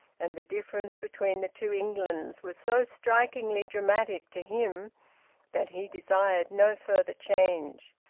and the difference between the two englands was so strikingly dramatic to him that he desired no further change.